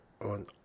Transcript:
on